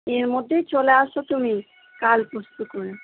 এর মধ্যেই চলে আসো তুমি কাল পরশু করে